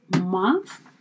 month